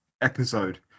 episode